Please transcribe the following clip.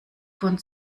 von